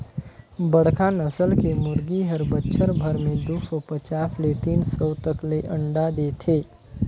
बड़खा नसल के मुरगी हर बच्छर भर में दू सौ पचास ले तीन सौ तक ले अंडा देथे